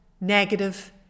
negative